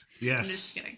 Yes